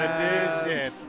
Edition